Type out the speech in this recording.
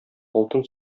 алтын